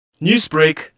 Newsbreak